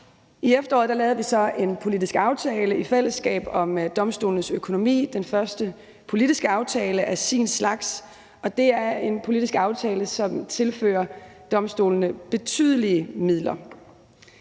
I efteråret lavede vi så en politisk aftale i fællesskab om domstolenes økonomi – den første politiske aftale af sin slags. Det er en politisk aftale, som tilfører domstolene betydelige midler.